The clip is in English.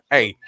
Hey